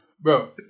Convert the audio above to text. bro